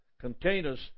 containers